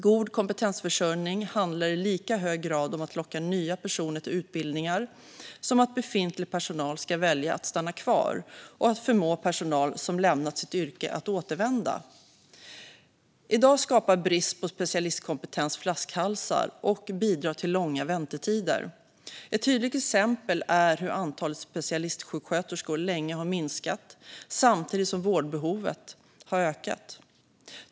God kompetensförsörjning handlar i lika hög grad om att locka nya personer till utbildningar som om att befintlig personal ska välja att stanna kvar och om att förmå personal som lämnat sitt yrke att återvända. I dag skapar brist på specialistkompetens flaskhalsar och bidrar till långa väntetider. Ett tydligt exempel är hur antalet specialistsjuksköterskor länge har minskat samtidigt som vårdbehovet har ökat.